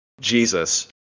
Jesus